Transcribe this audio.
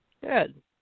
Good